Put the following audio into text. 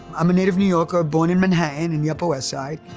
i'm a native new yorker born in manhattan in the upper west side,